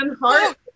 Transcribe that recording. heart